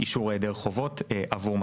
אישור היעדר חובות עבור משכנתא.